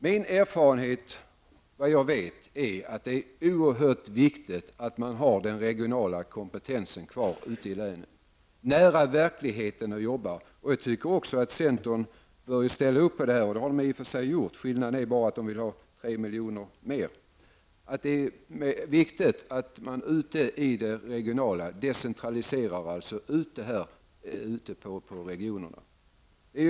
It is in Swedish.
Min erfarenhet är att det är oerhört viktigt att man har den regionala kompetensen kvar ute i länen, för då arbetar man nära verkligheten. Jag tycker att centern borde kunna ställa sig bakom detta, och det har man i och för sig gjort. Skillnaden är bara att centern vill att det skall anslås ytterligare 3 milj.kr.